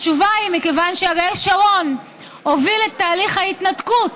התשובה היא: מכיוון שאריאל שרון העביר את תהליך ההתנתקות,